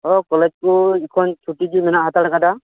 ᱚᱸᱻ ᱠᱚᱞᱮᱡᱽ ᱠᱩᱡ ᱮᱠᱷᱚᱱ ᱪᱷᱩᱴᱤᱜᱮ ᱢᱮᱱᱟᱜ ᱦᱟᱱᱛᱟᱲ ᱟᱠᱟᱫᱟ